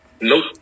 Nope